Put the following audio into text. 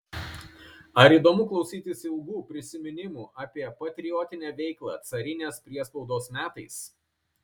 ar įdomu klausytis ilgų prisiminimų apie patriotinę veiklą carinės priespaudos metais